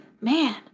man